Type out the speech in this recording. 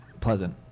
pleasant